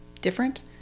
different